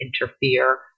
interfere